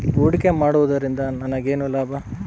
ಹೂಡಿಕೆ ಮಾಡುವುದರಿಂದ ನನಗೇನು ಲಾಭ?